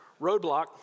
roadblock